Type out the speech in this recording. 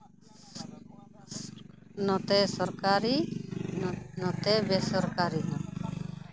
ᱱᱚᱛᱮ ᱥᱚᱨᱠᱟᱨᱤ ᱱᱚᱛᱮ ᱵᱮᱥᱚᱨᱠᱟᱨᱤ ᱦᱚᱸ